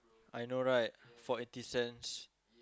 I know right for eighty cents